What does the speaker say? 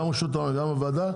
גם רשות וגם הוועדה,